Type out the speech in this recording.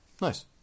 Nice